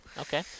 Okay